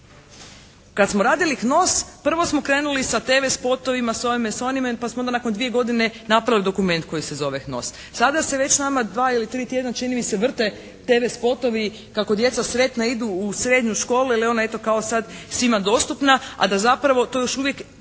Kad smo radili HNOS prvo smo krenuli sa TV spotovima, s ovime, s onime pa smo onda nakon dvije godine napravili dokument koji se zove HNOS. Sada se već nama dva ili tri tjedna čini mi se vrte TV spotovi kako djeca sretna idu u srednju školu. Jer je ona eto kao sad svima dostupna, a da zapravo to još uvijek